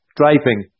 driving